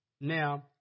Now